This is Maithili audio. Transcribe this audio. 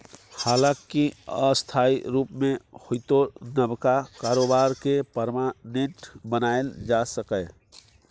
हालांकि अस्थायी रुप मे होइतो नबका कारोबार केँ परमानेंट बनाएल जा सकैए